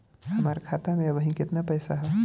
हमार खाता मे अबही केतना पैसा ह?